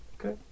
Okay